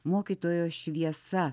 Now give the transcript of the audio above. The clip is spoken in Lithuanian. mokytojo šviesa